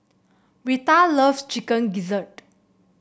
Rheta loves Chicken Gizzard